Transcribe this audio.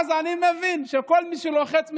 אז אני מבין שכל מי שלוחץ מקבל.